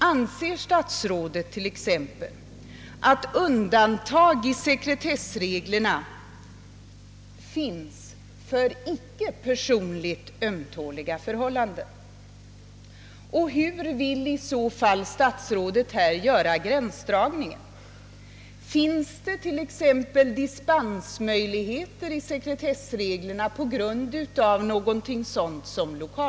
Anser statsrådet t.ex. att undantag i sekretessreglerna finns för icke personligt ömtåliga omständigheter? Hur vill statsrådet i så fall göra gränsdragningen? Finns det dispensmöjligheter i sekretessreglerna på grund av någonting sådant som l1okalförhållanden?